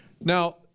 Now